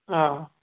آ